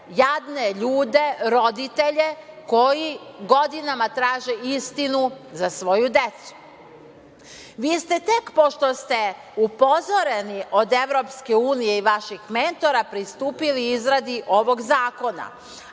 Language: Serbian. jadne ljude, roditelje koji godinama traže istinu za svoju decu. Vi ste tek pošto ste upozoreni od EU i vaših mentora pristupili izradi ovog zakona.